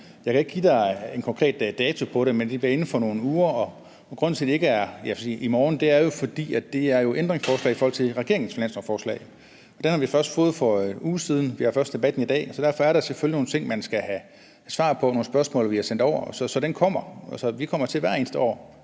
Jeg kan ikke give dig en konkret dato på det, men det bliver inden for nogle uger, og grunden til, at det ikke er i morgen, er jo, at det er ændringsforslag i forhold til regeringens finanslovsforslag. Det har vi først fået for en uge siden, og vi har først debatten i dag, så derfor er der selvfølgelig nogle ting, man skal have svar på, og nogle spørgsmål vi har sendt over. Så det kommer. Altså, vi kommer til hvert eneste år